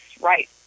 right